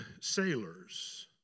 sailors